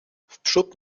wprzód